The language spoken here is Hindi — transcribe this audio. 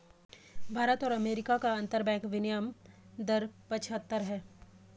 भारत और अमेरिका का अंतरबैंक विनियम दर पचहत्तर है